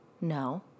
No